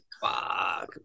Fuck